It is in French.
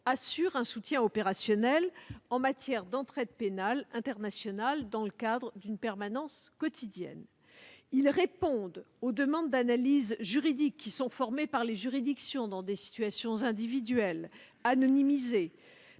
effet un soutien opérationnel en matière d'entraide pénale internationale, dans le cadre d'une permanence quotidienne. Ils répondent aux demandes d'analyses juridiques formées par les juridictions pour des situations individuelles anonymisées.